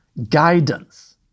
guidance